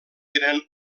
eren